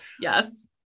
Yes